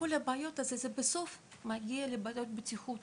כל הבעיות האלו בסוף מגיעות לבעיות בטיחות